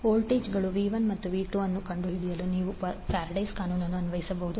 ವೋಲ್ಟೇಜ್ಗಳು v1 ಮತ್ತು v2 ಅನ್ನು ಕಂಡುಹಿಡಿಯಲು ನೀವು ಫ್ಯಾರಡೇಸ್ ಕಾನೂನನ್ನು ಅನ್ವಯಿಸಬಹುದು